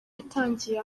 yatangiye